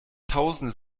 tausende